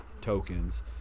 tokens